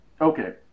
okay